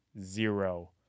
zero